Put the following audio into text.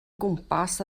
gwmpas